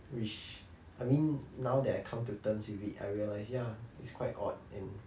which I mean now that I come to terms with it I realise ya it's quite odd and